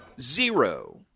Zero